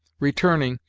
returning,